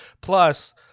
Plus